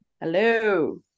Hello